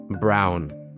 brown